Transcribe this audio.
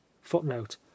Footnote